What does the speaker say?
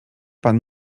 pan